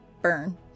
burn